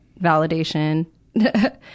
validation